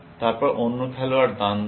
তারপর অন্য খেলোয়াড় দান দেয়